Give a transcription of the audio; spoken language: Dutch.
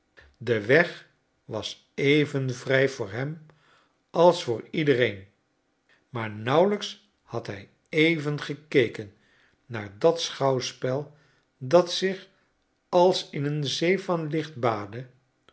de weg was even vrij voor hem als voor iedereen maar nauwelijks had hij even gekeken naar dat schouwspel dat zich als in een zee van licht